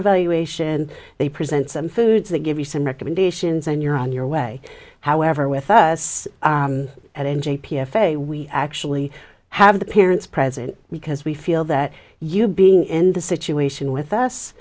evaluation they present some foods they give you some recommendations and you're on your way however with us at n j p f a we actually have the parents present because we feel that you being in the situation with us